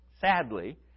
sadly